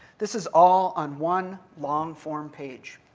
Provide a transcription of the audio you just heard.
this is all on one long form page.